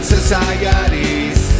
Societies